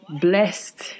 blessed